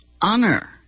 honor